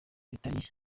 bitari